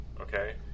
okay